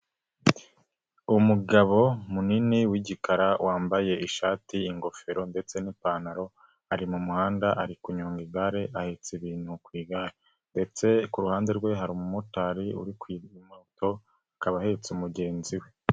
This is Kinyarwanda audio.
Umugabo munini w'igikara wambaye ishati, ingofero ndetse n'ipantaro ari mu muhanda ari kunyonga igare ahetse ibintu ku igare ndetse ku ruhande rwe hari umumotari uri kuri moto akaba ahetse umugenzi we.